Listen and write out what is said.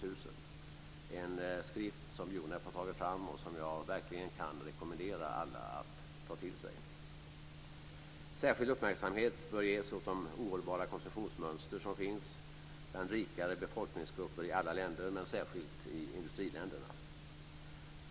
Det är en skrift som UNEP har tagit fram och som jag verkligen kan rekommendera alla att ta till sig. Särskild uppmärksamhet bör ges åt de ohållbara konsumtionsmönster som finns bland rikare befolkningsgrupper i alla länder men särskilt i industriländerna.